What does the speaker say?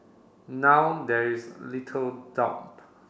now there is little doubt